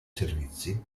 servizi